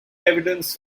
evidence